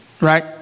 right